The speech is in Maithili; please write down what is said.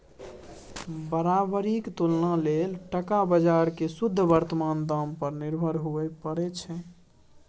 बराबरीक तुलना लेल टका बजार केँ शुद्ध बर्तमान दाम पर निर्भर हुअए परै छै